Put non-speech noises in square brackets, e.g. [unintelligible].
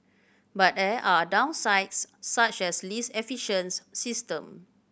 but there are downsides such as least [unintelligible] system